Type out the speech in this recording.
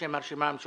בשם הרשימה המשותפת,